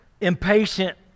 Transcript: impatient